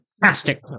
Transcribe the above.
fantastic